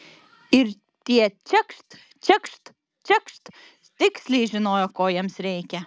ir tie čekšt čekšt čekšt tiksliai žinojo ko jiems reikia